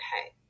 okay